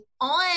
on